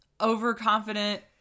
overconfident